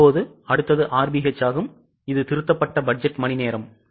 இப்போது அடுத்தது RBH ஆகும் இது திருத்தப்பட்ட பட்ஜெட் மணிநேரம்